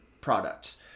products